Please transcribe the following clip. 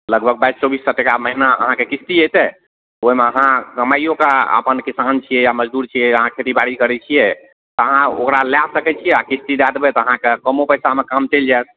लगभग बाइस चौबीस सओ टाका महीना अहाँके किस्ती एतय ओइमे अहाँ कमाइयो कऽ अपन किसान छियै या मजदूर छियै अहाँ खेती बाड़ी करय छियै तऽ अहाँ ओकरा लए सकय छियै आओर किस्ती दए देबय तऽ अहाँके कमो पैसामे काम चलि जायत